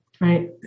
right